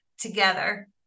together